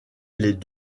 les